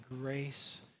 grace